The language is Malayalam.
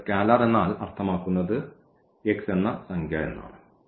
ഇവിടെ സ്കാലർ എന്നാൽ അർത്ഥമാക്കുന്നത് x എന്ന സംഖ്യ എന്നാണ്